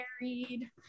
married